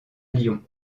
lyon